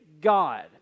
God